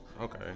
Okay